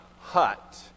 hut